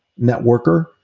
networker